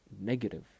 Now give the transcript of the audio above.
negative